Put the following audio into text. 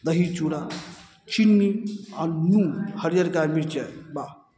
दही चूड़ा चीन्नी आ नून हरियरका मिर्च बाह